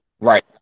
right